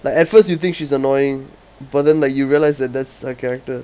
like at first you think she's annoying but then like you realise that that's her character